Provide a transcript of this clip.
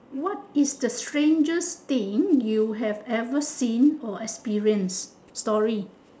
what is the strangest thing you have ever seen or experienced story